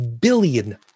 billion